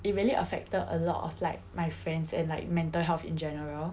it really affected a lot of like my friends and like mental health in general